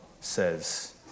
says